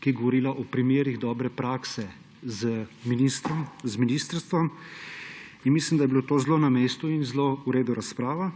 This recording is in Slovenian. ki je govorila o primerih dobre prakse z ministrstvom. Mislim, da je bilo to zelo na mestu in zelo v redu razprava,